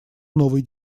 новый